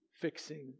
fixing